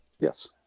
Yes